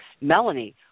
Melanie